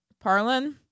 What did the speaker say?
Parlin